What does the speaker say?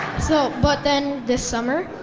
so, but then this summer.